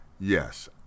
Yes